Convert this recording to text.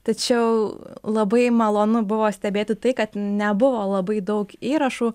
tačiau labai malonu buvo stebėti tai kad nebuvo labai daug įrašų